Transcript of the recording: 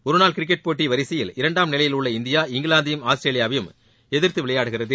ஒருநாள் கிரிக்கெட் போட்டி வரிசையில் இரண்டாம் நிலையில் உள்ள இந்தியா இங்கிலாந்தையும் ஆஸ்திரேலியாவையும் எதிர்த்து விளையாடுகிறது